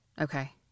Okay